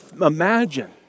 imagine